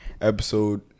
Episode